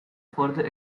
further